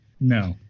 No